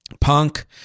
Punk